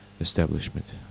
establishment